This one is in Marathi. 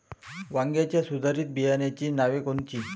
वांग्याच्या सुधारित बियाणांची नावे कोनची?